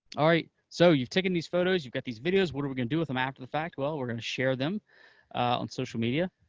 alright. so you've taken these photos, you've got these videos. what are we going do with them after the fact? well, we're going to share them on social media.